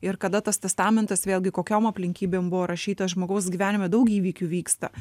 ir kada tas testamentas vėlgi kokiom aplinkybėm buvo rašytas žmogaus gyvenime daug įvykių vyksta